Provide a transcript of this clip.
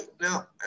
now